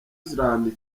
zealand